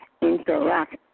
interact